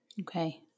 Okay